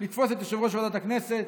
לתפוס את יושב-ראש ועדת הכנסת,